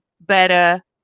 better